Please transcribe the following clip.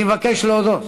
אני מבקש להודות